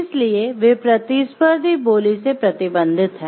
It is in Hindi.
इसलिए वे प्रतिस्पर्धी बोली से प्रतिबंधित हैं